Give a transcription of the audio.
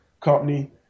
Company